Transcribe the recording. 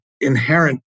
inherent